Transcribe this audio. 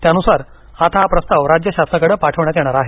त्यानुसार आता हा प्रस्ताव राज्य शासनाकडे पाठविण्यात येणार आहे